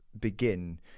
begin